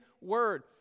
word